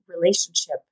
relationship